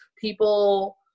people